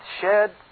shed